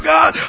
God